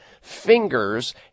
fingers